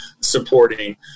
supporting